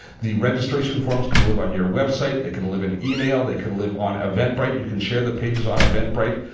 the registration forms can live on your website. it can live on email. they can live on eventbrite. you can share the pages on eventbrite.